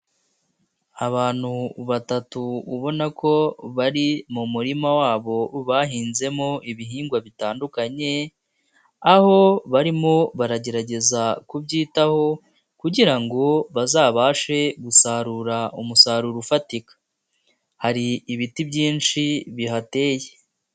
Abantu batatu ubona ko bari mu murima wabo bahinzemo ibihingwa bitandukanye, aho barimo baragerageza kubyitaho kugira ngo bazabashe gusarura umusaruro ufatika, hari ibiti byinshi bihateye.